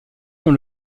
dans